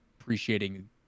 appreciating